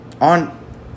on